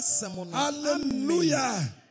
hallelujah